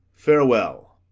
farewell.